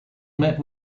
met